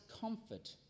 comfort